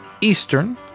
Eastern